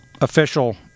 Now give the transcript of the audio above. official